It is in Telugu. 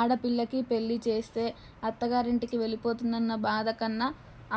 ఆడపిల్లకి పెళ్ళి చేస్తే అత్తగారింటికి వెళ్ళిపోతుందన్న బాధ కన్నా